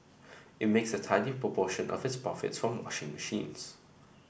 it makes a tiny proportion of these profits from washing machines